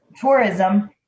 tourism